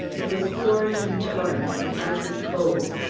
it was pouring in torrents and icy cold,